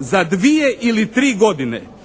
za dvije ili tri godine